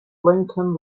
lincoln